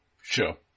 Sure